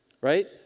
Right